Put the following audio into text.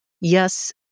yes